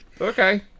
Okay